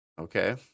okay